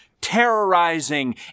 terrorizing